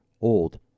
old